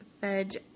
fudge